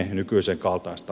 arvoisa puhemies